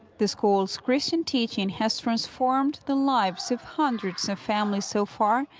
the schoolis christian teaching has transformed the lives of hundreds of families so far.